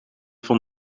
van